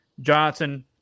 Johnson